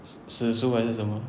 子子书还是什么